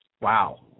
Wow